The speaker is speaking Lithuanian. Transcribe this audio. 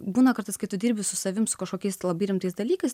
būna kartas kai tu dirbi su savim su kažkokiais labai rimtais dalykais